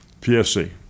PFC